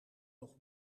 nog